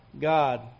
God